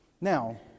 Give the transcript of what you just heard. Now